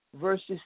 verses